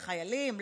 לחיילים,